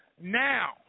Now